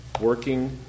working